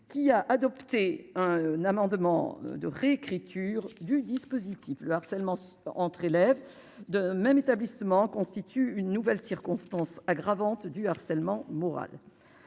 qui a adopté un amendement de réécriture du dispositif, le harcèlement entre élèves de même établissement constitue une nouvelle circonstance aggravante du harcèlement moral,